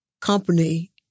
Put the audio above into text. company